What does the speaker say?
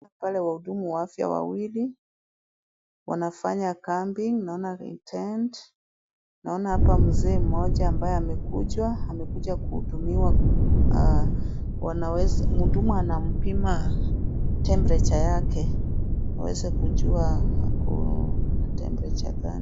Wale wahudumu wa afya wawili wanafanya kambi naona tent (cs), naona mzee mmoja ambaye amekuja kuhudumiwa, muhudumu anampima temperature (cs) yake aweze kujua ako na temperature (cs)gani .